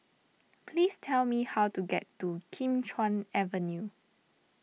please tell me how to get to Kim Chuan Avenue